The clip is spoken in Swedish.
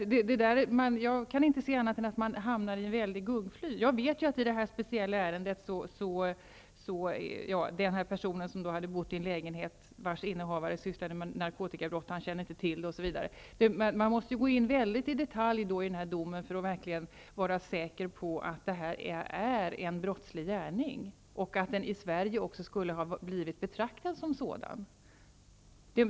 Jag kan inte se annat än att man här kommer ut på ett gungfly. I det specifika ärendet rörde det en person som hade bott i en lägenhet vars innehavare sysslade med narkotikabrott. Den inneboende kände inte till detta, osv. Man måste gå in i detalj på domen för att vara säker på att det rör sig om en brottslig gärning, som också i Sverige skulle ha blivit betraktad som en sådan.